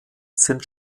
sind